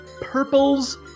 Purples